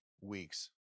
weeks